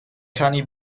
cani